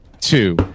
two